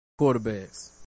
quarterbacks